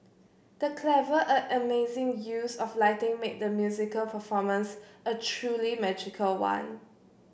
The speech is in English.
the clever and amazing use of lighting made the musical performance a truly magical one